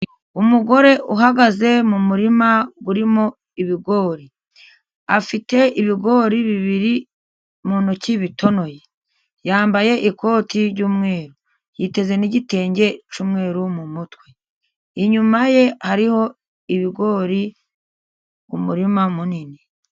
Umugore uhagaze mu murima urimo ibigori, afite ibigori bibiri mu ntoki bitonoye, yambaye ikoti ry'umweru yiteze n'igitenge cy'umweru mu mutwe, inyuma ye hariho ibigori mu murima munini.